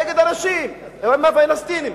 נגד אנשים הם הפלסטינים.